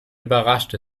überrascht